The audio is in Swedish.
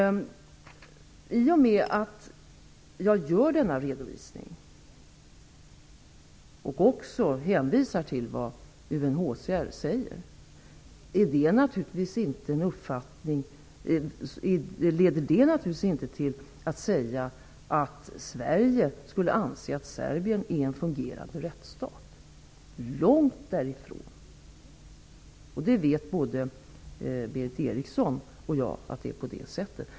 Att jag gör denna redovisning och hänvisar till vad UNHCR säger innebär naturligtvis inte att Sverige skulle anse att Serbien är en fungerande rättsstat -- långt därifrån. Både Berith Eriksson och jag vet att det inte är så.